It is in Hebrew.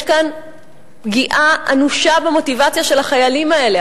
יש כאן פגיעה אנושה במוטיבציה של החיילים האלה.